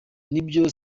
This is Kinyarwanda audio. nibyo